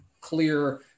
clear